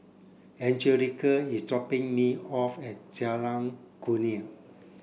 Angelica is dropping me off at Jalan Kurnia